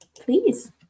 please